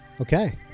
Okay